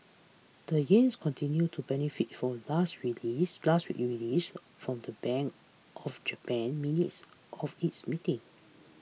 the yen's continues to benefit from last week's release last week's release from the Bank of Japan's minutes of its meeting